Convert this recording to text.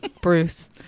Bruce